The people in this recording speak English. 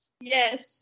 Yes